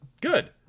good